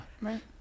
Right